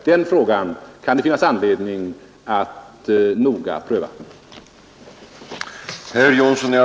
Den frågan kan det finnas anledning att noga pröva.